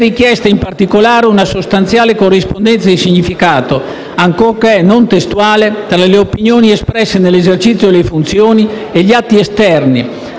richiesta in particolare una sostanziale corrispondenza di significato, ancorché non testuale, tra le opinioni espresse nell'esercizio delle funzioni e gli atti esterni,